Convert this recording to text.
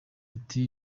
ati